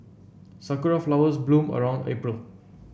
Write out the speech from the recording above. sakura flowers bloom around April